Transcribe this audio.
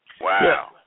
Wow